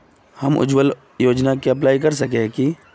हम उज्वल योजना के अप्लाई कर सके है की?